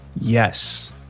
Yes